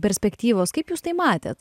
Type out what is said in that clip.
perspektyvos kaip jūs tai matėt